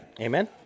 Amen